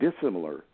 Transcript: dissimilar